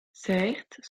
certes